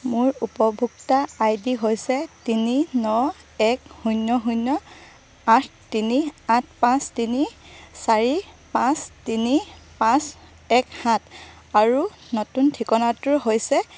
মোৰ উপভোক্তা I D হৈছে তিনি ন এক শূন্য শূন্য আঠ তিনি আঠ পাঁচ তিনি চাৰি পাঁচ তিনি পাঁচ এক সাত আৰু নতুন ঠিকনাটো হৈছে